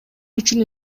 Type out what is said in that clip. үчүн